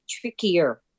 trickier